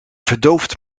verdoofd